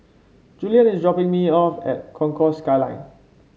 Julien is dropping me off at Concourse Skyline